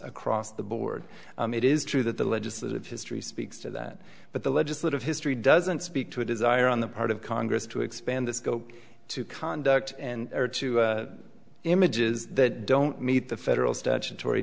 across the board it is true that the legislative history speaks to that but the legislative history doesn't speak to a desire on the part of congress to expand the scope to conduct or to images that don't meet the federal statutory